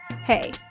Hey